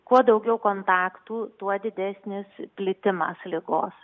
kuo daugiau kontaktų tuo didesnis plitimas ligos